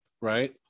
right